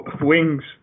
wings